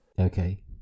Okay